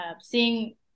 seeing